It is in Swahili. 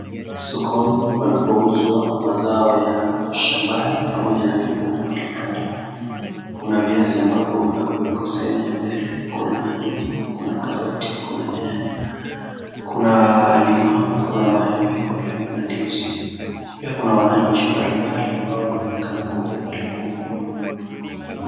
Sokoni panapouzwa mazao ya shambani pamoja na vyakula mbali mbali, kuna viazi ambapo ziko sehemu ya mbele, kuna mahindi, kuna karoti, kuna nyanya, kuna limau, kuna maembe, na pia kuna ndizi pia kuna wananchi mbali mbali ambao wanaonekana wanakuja pale kununua.